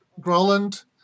Groland